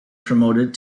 promoted